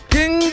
King